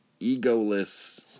egoless